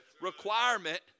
requirement